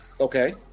Okay